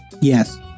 Yes